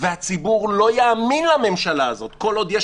והציבור לא יאמין לממשלה הזאת כל עוד יש